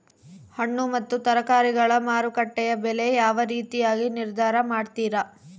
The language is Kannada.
ಹಣ್ಣು ಮತ್ತು ತರಕಾರಿಗಳ ಮಾರುಕಟ್ಟೆಯ ಬೆಲೆ ಯಾವ ರೇತಿಯಾಗಿ ನಿರ್ಧಾರ ಮಾಡ್ತಿರಾ?